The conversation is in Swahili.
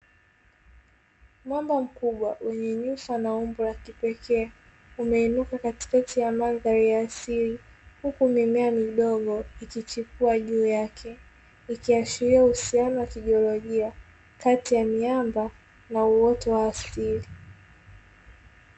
Mwamba mkubwa wenye ufa na umbo la kipekee, umeinuka katikati ya mandhari ya asili, huku mimea midogo ikichipua juu yake, ikiashiria uhusiano wa kijiolojia kati ya miamba na uoto wa asili.